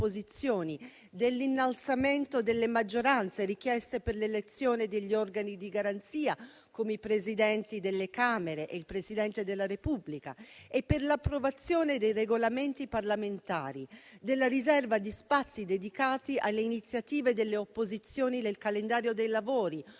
dell'innalzamento delle maggioranze richieste per l'elezione degli organi di garanzia, come i Presidenti delle Camere e il Presidente della Repubblica, e per l'approvazione dei Regolamenti parlamentari; della riserva di spazi dedicati alle iniziative delle opposizioni nel calendario dei lavori,